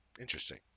interesting